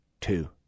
two